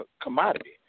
commodity